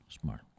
Smart